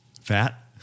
Fat